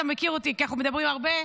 אתה מכיר אותי כי אנחנו מדברים הרבה,